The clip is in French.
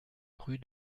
rue